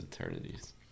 eternities